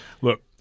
Look